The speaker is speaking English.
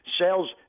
sales